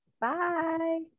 Bye